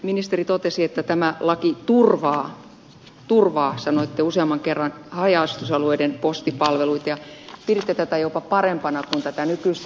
ministeri totesi että tämä laki turvaa turvaa sanoitte useamman kerran haja asutusalueiden postipalvelut ja piditte tätä jopa parempana kuin tätä nykyistä järjestelmää